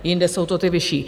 Jinde jsou to ty vyšší.